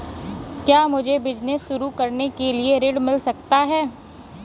क्या मुझे बिजनेस शुरू करने के लिए ऋण मिल सकता है?